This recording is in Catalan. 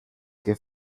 que